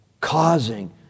causing